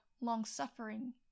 long-suffering